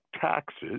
taxes